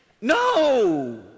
No